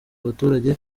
abaturage